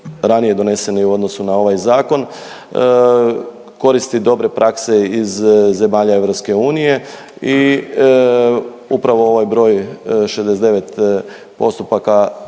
ranije doneseni u odnosu na ovaj zakon, koristi dobre prakse iz zemalja EU i upravo ovaj broj 69 postupaka